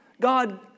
God